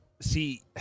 See